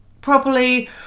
properly